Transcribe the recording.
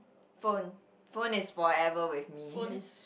phone phone is forever with me